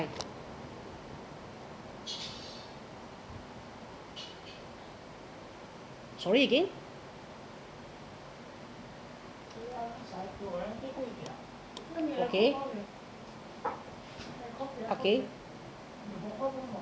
sorry again okay okay